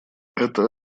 это